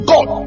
God